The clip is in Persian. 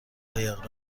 قایق